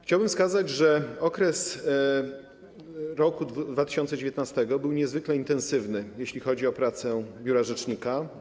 Chciałbym wskazać, że okres, rok 2019 był niezwykle intensywny, jeśli chodzi o pracę biura rzecznika.